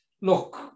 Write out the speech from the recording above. Look